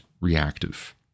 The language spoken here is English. reactive